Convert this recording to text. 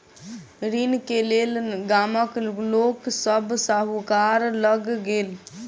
ऋण के लेल गामक लोक सभ साहूकार लग गेल